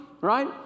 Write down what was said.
right